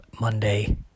Monday